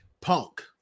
punk